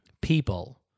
people